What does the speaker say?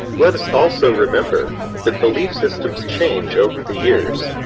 let us also remember that belief systems change over the years,